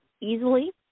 easily